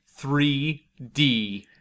3D